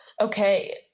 okay